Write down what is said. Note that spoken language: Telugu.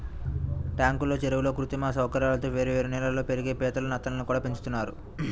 ట్యాంకుల్లో, చెరువుల్లో కృత్రిమ సౌకర్యాలతో వేర్వేరు నీళ్ళల్లో పెరిగే పీతలు, నత్తల్ని కూడా పెంచుతున్నారు